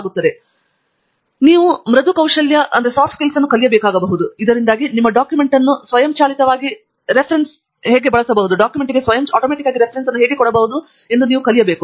ಹಾಗಾಗಿ ನೀವು ಮೃದು ಕೌಶಲ್ಯಗಳನ್ನು ಕಲಿಯಬೇಕಾಗಬಹುದು ಇದರಿಂದಾಗಿ ನಿಮ್ಮ ಡಾಕ್ಯುಮೆಂಟ್ ಅನ್ನು ಸ್ವಯಂಚಾಲಿತವಾಗಿ ರೆಫರೆನ್ಸಿಂಗ್ ಅನ್ನು ಬಳಸಿಕೊಂಡು ನೀವು ಬರೆಯಬಹುದು